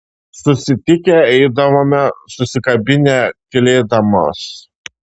susitikę eidavome susikabinę tylėdamos